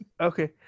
Okay